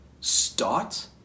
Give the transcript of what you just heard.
start